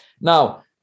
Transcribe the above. Now